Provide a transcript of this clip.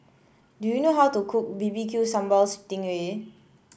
do you know how to cook bbq Sambal Sting Ray